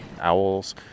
Owls